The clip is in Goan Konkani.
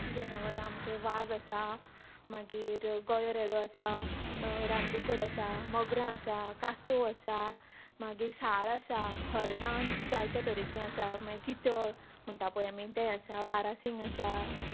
जनावरां आमचे वाग आसा मागीर गायो रेडो आसा रानदुकर आसा मगरां आसा कासोव आसा मागीर साळ आसा हरीण जायते तरेचीं आसा मागीर चितळ म्हणटा पय आमी तें आसा बारासिंग आसा